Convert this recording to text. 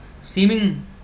seeming